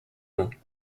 monts